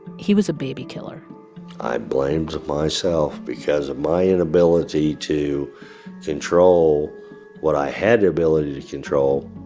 he was a baby killer i blamed myself because of my inability to control what i had the ability to control,